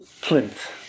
plinth